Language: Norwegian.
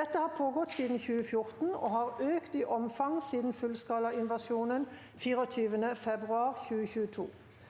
Dette har pågått siden 2014, og har økt i omfang siden fullskalainvasjonen 24. februar 2022.